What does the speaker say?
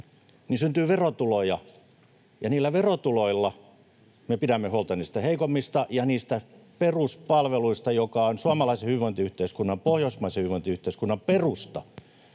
syntyy verotuloja, ja niillä verotuloilla me pidämme huolta niistä heikoimmista ja niistä peruspalveluista, jotka ovat suomalaisen hyvinvointiyhteiskunnan ja pohjoismaisen hyvinvointiyhteiskunnan perusta.